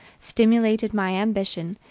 stimulated my ambition,